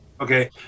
Okay